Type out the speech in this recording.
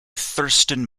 thurston